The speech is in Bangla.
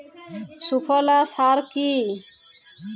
সুফলা সার কি?